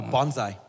Bonsai